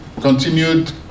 continued